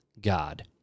God